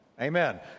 Amen